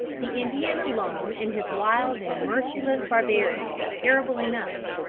the indian alone in his wild and merciless barbarity, was terrible enough.